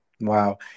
Wow